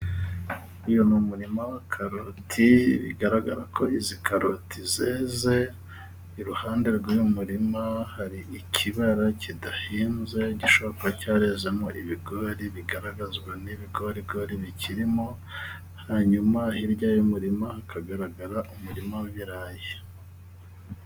Uyu ni umurima wa karoti. Bigaragara ko izi karoti zeze. Iruhande rw'uyu murima hari ikibara kidahinze gishobora kuba cyarezemo ibigori. Bigaragazwa n'ibigorigori bikirimo, hanyuma hirya y'umurima hakagaragara umurima w'ibirayi.